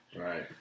Right